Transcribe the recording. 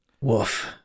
Woof